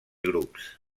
grups